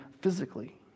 physically